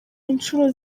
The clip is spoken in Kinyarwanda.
inshuro